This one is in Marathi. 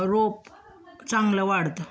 रोप चांगलं वाढतं